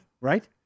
Right